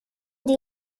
die